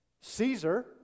Caesar